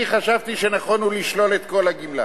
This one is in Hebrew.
אני חשבתי שנכון הוא לשלול את כל הגמלה,